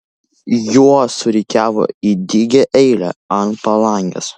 juos surikiavo į dygią eilę ant palangės